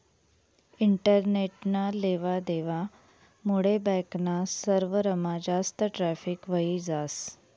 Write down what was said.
इंटरनेटना लेवा देवा मुडे बॅक ना सर्वरमा जास्त ट्रॅफिक व्हयी जास